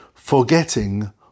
Forgetting